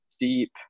deep